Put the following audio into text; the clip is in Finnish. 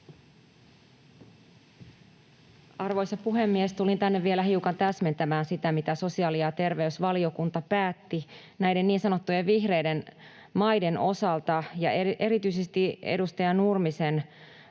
Arvoisa puhemies! Tulin tänne vielä hiukan täsmentämään sitä, mitä sosiaali- ja terveysvaliokunta päätti näiden niin sanottujen vihreiden maiden osalta. Ja erityisesti edustaja Nurmisen,